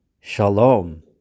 Shalom